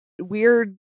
weird